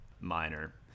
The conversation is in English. minor